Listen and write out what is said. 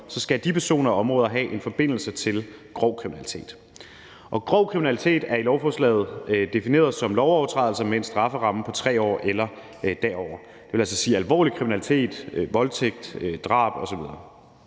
skal de personer eller områder have en forbindelse til grov kriminalitet. Grov kriminalitet er i lovforslaget defineret som lovovertrædelser med en strafferamme på 3 år eller derover, og det vil altså sige alvorlig kriminalitet: Voldtægt, drab osv.